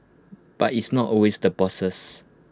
but it's not always the bosses